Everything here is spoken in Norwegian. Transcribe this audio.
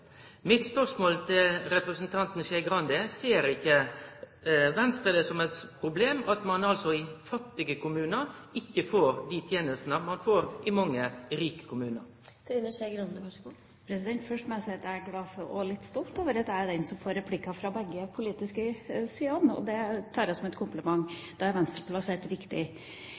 Mitt spørsmål til representanten Skei Grande er: Ser ikke Venstre det som et problem at man i fattige kommuner ikke får de tjenestene som man får i mange rike kommuner? Først må jeg si at jeg er glad for og litt stolt over at jeg er den som får replikker fra begge de politiske sidene. Det tar jeg som en kompliment – da er Venstre plassert riktig.